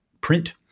print